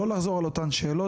לא לחזור על אותן שאלות,